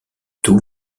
tout